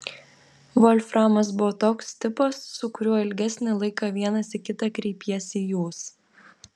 volframas buvo toks tipas su kuriuo ilgesnį laiką vienas į kitą kreipiesi jūs